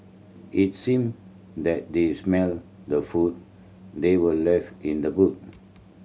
it seemed that they smelt the food that were left in the boot